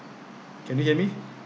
can you hear me